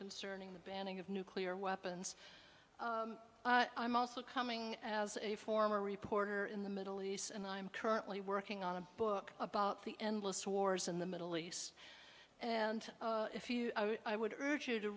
concerning the banning of nuclear weapons i'm also coming as a former reporter in the middle east and i'm currently working on a book about the endless wars in the middle east and if you i would urge you to